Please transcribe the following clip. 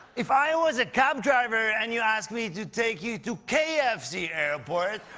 if i was a cab driver and you asked me to take you to kfc airport,